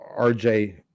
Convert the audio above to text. RJ